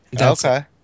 Okay